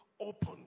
open